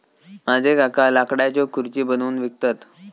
माझे काका लाकडाच्यो खुर्ची बनवून विकतत